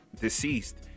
deceased